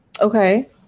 Okay